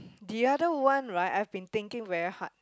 the other one right I've been thinking very hard